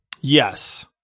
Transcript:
Yes